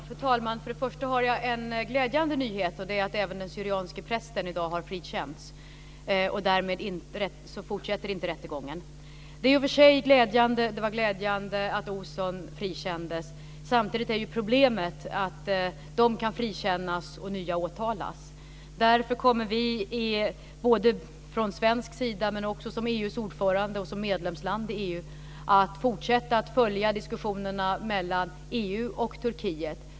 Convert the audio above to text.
Fru talman! Först har jag en glädjande nyhet, nämligen att även den syrianske prästen i dag har frikänts. Därmed fortsätter inte rättegången. Det var i och för sig glädjande att Uzun frikändes, men samtidigt är problemet att dessa män kan frikännas och nya åtalas. Därför kommer Sverige både som enskilt land och som EU:s ordförande och som medlemsland i EU att fortsätta följa diskussionerna mellan EU och Turkiet.